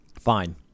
Fine